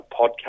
podcast